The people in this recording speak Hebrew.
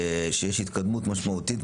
שיש התקדמות משמעותית,